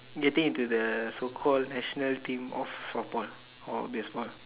getting into the so call national team of softball or baseball